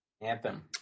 Anthem